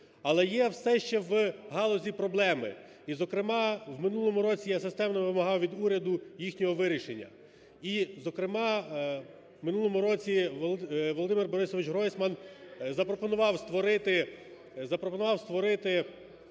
Але є ще в галузі проблеми. І, зокрема, в минулому році я системно вимагав від уряду їхнього вирішення. І, зокрема, в минулому році Володимир Борисович Гройсман запропонував створити